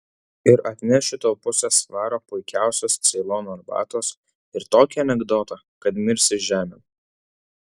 ir atnešiu tau pusę svaro puikiausios ceilono arbatos ir tokį anekdotą kad mirsi žemėn